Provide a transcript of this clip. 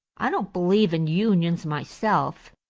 i don't believe in unions myself.